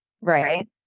right